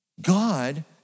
God